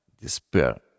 despair